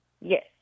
Yes